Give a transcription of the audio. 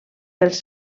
pels